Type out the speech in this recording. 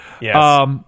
Yes